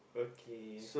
okay